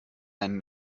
ein